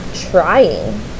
trying